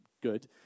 good